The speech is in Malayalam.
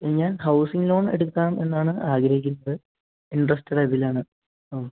ഞാൻ ഹൗസിങ് ലോൺ എടുക്കാം എന്നാണ് ആഗ്രഹിക്കുന്നത് ഇൻട്രസ്റ്റഡ് അതിലാണ് ആ